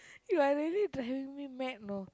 you are really driving me mad you know